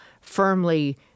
firmly